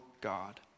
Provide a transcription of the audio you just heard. God